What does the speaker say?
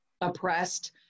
oppressed